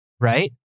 right